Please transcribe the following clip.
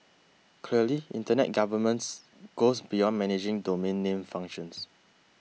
clearly Internet governance goes beyond managing domain name functions